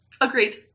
agreed